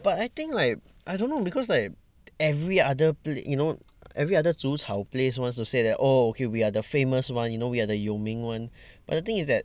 but I think like I don't know because like every other pla~ you know every other 煮炒 place wants to say that oh okay we are the famous one you know we are the 有名 one but the thing is that